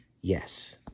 Yes